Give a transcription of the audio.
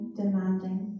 demanding